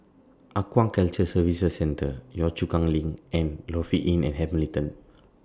Aquaculture Services Centre Yio Chu Kang LINK and Lofi Inn At Hamilton